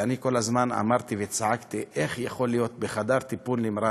ואני כל הזמן אמרתי וצעקתי: איך יכול להיות בחדר טיפול נמרץ,